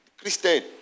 Christian